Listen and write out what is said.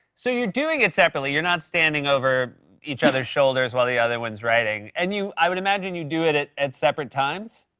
so you're doing it separately. you're not standing over each other's shoulders while the other one's writing. and i would imagine you do it it at separate times?